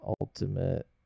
ultimate